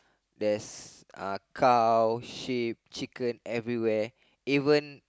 there's uh cow sheep chicken everywhere even